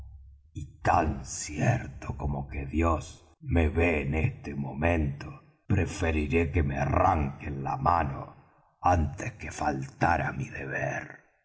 tan cierto como que dios me ve en este momento preferiré que me arranquen la mano antes que faltar á mi deber